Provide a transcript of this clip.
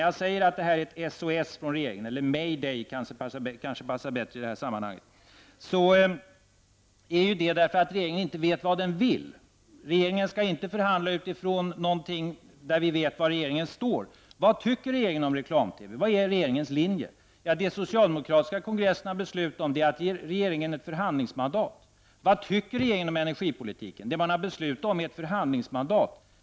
Jag talar om ett SOS från regeringen -- May-day kanske passar bättre i det här sammanhanget. Men regeringen vet ju inte vad den vill. Regeringen skall inte förhandla utifrån någonting som innebär att vi vet var regeringen står. Vad tycker regeringen om reklam-TV? Vad är regeringens linje? Det som den socialdemokratiska kongressen har beslutat är att regeringen skall få ett förhandlingsmandat. Och vad tycker regeringen om energipolitiken? Det man beslutat är ett förhandlingsmandat.